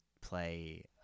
play